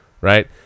right